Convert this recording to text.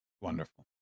Wonderful